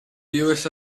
usa